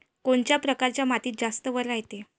कोनच्या परकारच्या मातीत जास्त वल रायते?